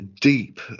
deep